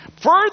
further